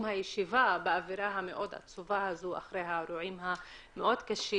הישיבה באווירה העצובה הזו אחרי האירועים הקשים,